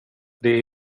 det